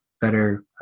better